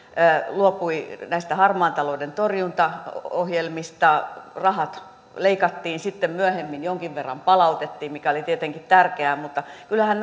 luopui näistä harmaan talouden torjuntaohjelmista rahat leikattiin sitten myöhemmin jonkin verran palautettiin mikä oli tietenkin tärkeää mutta kyllähän